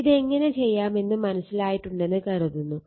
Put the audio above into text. ഇതെങ്ങനെ ചെയ്യാമെന്ന് മനസ്സിലായിട്ടുണ്ടെന്ന് കരുതുന്നു